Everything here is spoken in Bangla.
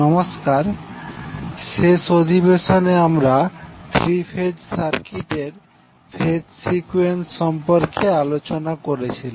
নমস্কার শেষ অধিবেশনে আমরা থ্রি ফেজ সার্কিটের ফেজ সিকুয়েন্স সম্পর্কে আলোচনা করছিলাম